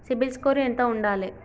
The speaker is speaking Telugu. సిబిల్ స్కోరు ఎంత ఉండాలే?